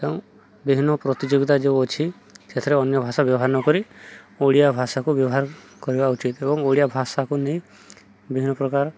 ତ ବିଭିନ୍ନ ପ୍ରତିଯୋଗିତା ଯେଉଁ ଅଛି ସେଥିରେ ଅନ୍ୟ ଭାଷା ବ୍ୟବହାର ନକରି ଓଡ଼ିଆ ଭାଷାକୁ ବ୍ୟବହାର କରିବା ଉଚିତ୍ ଏବଂ ଓଡ଼ିଆ ଭାଷାକୁ ନେଇ ବିଭିନ୍ନ ପ୍ରକାର